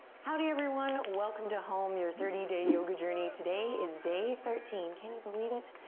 howdy everyone. welcome to home, your thirty day yoga journey. today is day thirteen. can you believe it?